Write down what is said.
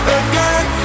again